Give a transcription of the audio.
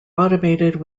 automated